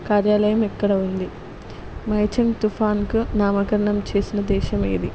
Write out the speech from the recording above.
కార్యాలయం ఎక్కడ ఉంది మైచిన్ తుఫానుకు నామకరణం చేసిన దేశం ఏది